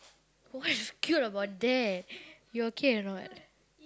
what is cute about that you okay or not